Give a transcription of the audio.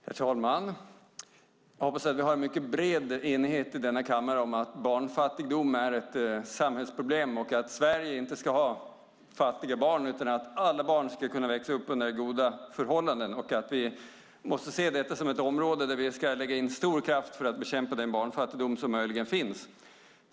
Herr talman! Jag hoppas att vi har en bred enighet i kammaren om att barnfattigdom är ett samhällsproblem, att Sverige inte ska ha fattiga barn, att alla barn ska kunna växa upp under goda förhållanden och att vi måste lägga in stor kraft för att bekämpa den barnfattigdom som möjligen finns.